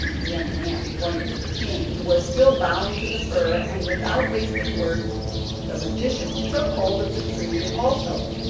the young man pointed to the king, who was still bound to the fir and without wasting words the magician took hold of the tree also,